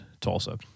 Tulsa